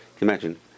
Imagine